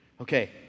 Okay